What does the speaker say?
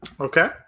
Okay